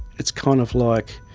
it's kind of like